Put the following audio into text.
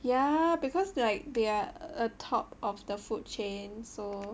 ya because like they are the top of the food chain so